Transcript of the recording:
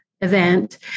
event